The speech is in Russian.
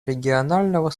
регионального